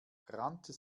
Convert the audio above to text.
rannte